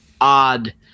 odd